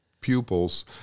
pupils